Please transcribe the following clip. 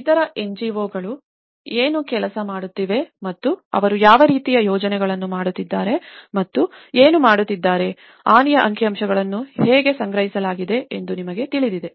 ಇತರ ಎನ್ಜಿಒಗಳು ಏನು ಕೆಲಸ ಮಾಡುತ್ತಿವೆ ಮತ್ತು ಅವರು ಯಾವ ರೀತಿಯ ಯೋಜನೆಗಳನ್ನು ಮಾಡುತ್ತಿದ್ದಾರೆ ಮತ್ತು ಏನು ಮಾಡುತ್ತಿದ್ದಾರೆ ಹಾನಿಯ ಅಂಕಿಅಂಶಗಳನ್ನು ಹೇಗೆ ಸಂಗ್ರಹಿಸಲಾಗಿದೆ ಎಂದು ನಿಮಗೆ ತಿಳಿದಿದೆ